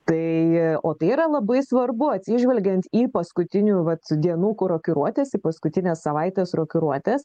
tai o tai yra labai svarbu atsižvelgiant į paskutinių vat dienų korokiruotes į paskutines savaites rokiruotes